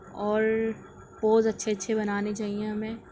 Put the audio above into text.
اور پوز اچھے اچھے بنانے چاہیے ہمیں